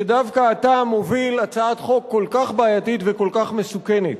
שדווקא אתה מוביל הצעת חוק כל כך בעייתית וכל כך מסוכנת.